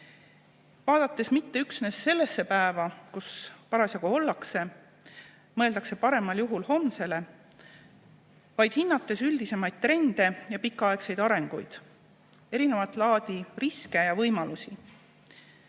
vaadates mitte üksnes sellesse päeva, kus parasjagu ollakse, ja paremal juhul homsele, vaid hinnates üldisemaid trende ja pikaaegset arengut, erinevat laadi riske ja võimalusi.